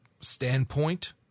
standpoint